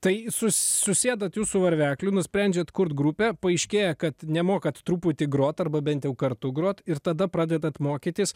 tai su susėdat jūs su varvekliu nusprendžiat kurt grupę paaiškėja kad nemokat truputį grot arba bent jau kartu groti ir tada pradedat mokytis